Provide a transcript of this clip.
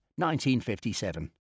1957